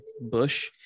Bush